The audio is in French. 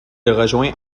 rejoint